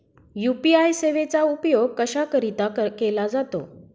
UPI सेवेचा उपयोग कशाकरीता केला जातो?